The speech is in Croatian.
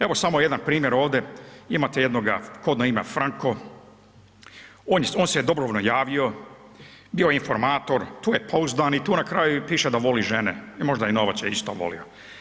Evo, samo jedan primjer ovdje imate jednoga kodno ime Franko, on se je dobrovoljno najavio, bio informator, tu je pouzdani, tu na kraju i piše da voli žene i možda i novac je isto volio.